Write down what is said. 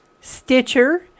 Stitcher